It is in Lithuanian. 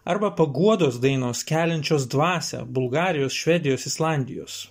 arba paguodos dainos keliančios dvasią bulgarijos švedijos islandijos